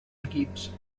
equips